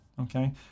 Okay